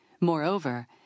Moreover